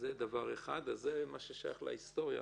מה שאנחנו משבחים אותך זה מה ששייך להיסטוריה,